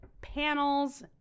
panels